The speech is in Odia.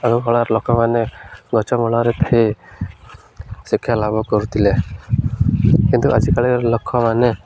ଆଗକାଳରେ ଲୋକମାନେ ଗଛମୂଳରେ ଥାଇ ଶିକ୍ଷା ଲାଭ କରୁଥିଲେ କିନ୍ତୁ ଆଜିକାଲି ଲୋକମାନେ